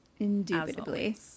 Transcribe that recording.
indubitably